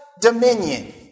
dominion